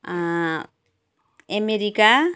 America